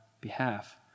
behalf